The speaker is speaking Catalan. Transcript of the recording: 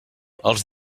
els